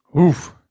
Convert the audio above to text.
Oof